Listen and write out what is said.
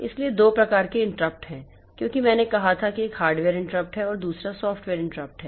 इसलिए दो प्रकार के इंटरप्ट हैं क्योंकि मैंने कहा था कि एक हार्डवेयर इंटरप्ट है और दूसरा सॉफ्टवेयर इंटरप्ट है